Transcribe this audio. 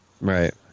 Right